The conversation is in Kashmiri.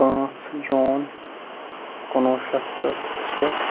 پانٛژھ جوٗن کُنوُہ شتھ تہٕ ستہٕ شیٖتھ